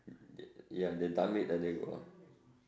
yeah they done it and they go